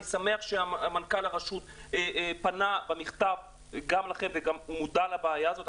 אני שמח שמנכ"ל הרשות פנה במכתב גם אליכם והוא מודע לבעיה הזאת,